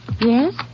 Yes